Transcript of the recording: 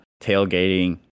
tailgating